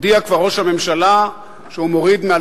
כבר הודיע ראש הממשלה שהוא מוריד מעל